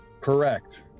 Correct